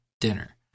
dinner